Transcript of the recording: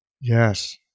Yes